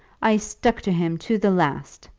i stuck to him to the last!